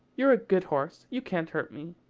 you're a good horse. you can't hurt me.